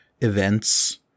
events